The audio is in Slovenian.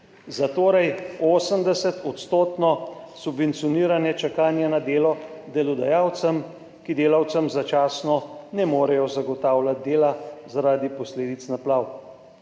Zatorej 80-odstotno subvencioniranje čakanja na delo delodajalcem, ki delavcem začasno ne morejo zagotavljati dela zaradi posledic naplav,